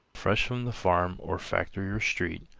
fresh from the farm or factory or street,